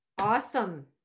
awesome